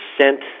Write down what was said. sent